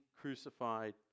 crucified